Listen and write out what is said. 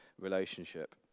relationship